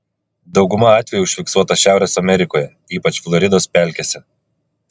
dauguma atvejų užfiksuota šiaurės amerikoje ypač floridos pelkėse